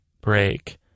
break